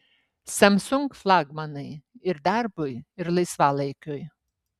samsung flagmanai ir darbui ir laisvalaikiui